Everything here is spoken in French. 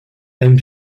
aime